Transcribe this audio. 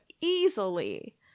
easily